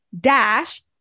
dash